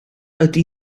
ydy